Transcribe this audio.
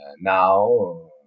Now